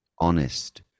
Honest